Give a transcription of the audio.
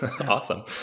Awesome